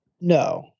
no